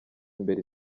imbere